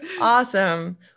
Awesome